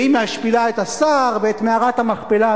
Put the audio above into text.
והיא משפילה את השר ואת מערת המכפלה.